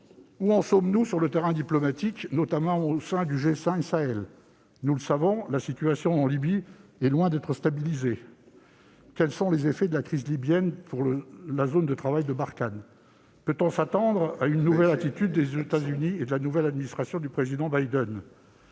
Où en sommes-nous sur le terrain diplomatique, notamment au sein du G5 Sahel ? Nous le savons, la situation en Libye est loin d'être stabilisée ; quels sont les effets de la crise libyenne pour la zone de travail de Barkhane ? Peut-on s'attendre à un changement d'attitude de la part des États-Unis et de la nouvelle administration du Président Biden ?